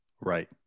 right